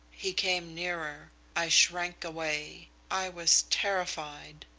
he came nearer. i shrank away. i was terrified!